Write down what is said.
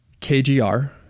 KGR